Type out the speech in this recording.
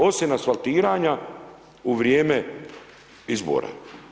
Osim asfaltiranja u vrijeme izbora.